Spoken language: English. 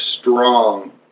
strong